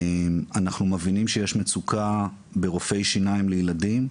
אנחנו מבינים שיש מצוקה ברופאי שיניים לילדים,